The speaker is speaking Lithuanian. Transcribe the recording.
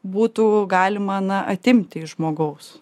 būtų galima na atimti iš žmogaus